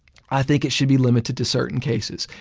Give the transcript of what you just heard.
i think it should be limited to certain cases.